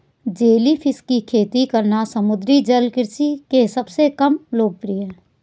jellyfish की खेती करना समुद्री जल कृषि के सबसे कम लोकप्रिय है